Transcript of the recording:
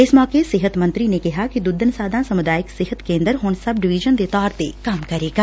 ਇਸ ਮੌਕੇ ਸਿਹਤ ਮੰਤਰੀ ਨੇ ਕਿਹਾ ਕਿ ਦੁੱਧਣ ਸਾਧਾਂ ਸਮੁਾਇਕ ਸਿਹਤ ਕੇਂਦਰ ਹੁਣ ਸਬ ਡਿਵੀਜ਼ਨ ਦੇ ਤੌਰ ਤੇ ਕੰਮ ਕਰੇਗਾ